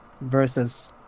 versus